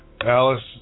Alice